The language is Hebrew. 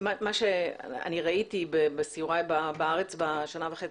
מה שראיתי בסיורי בארץ בשנה וחצי